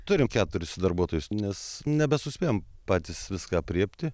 turim keturis darbuotojus nes nebesuspėjam patys viską aprėpti